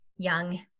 young